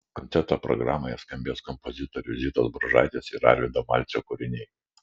koncerto programoje skambės kompozitorių zitos bružaitės ir arvydo malcio kūriniai